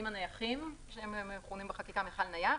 הנייחים שמכונים בחקיקה "מכל נייח".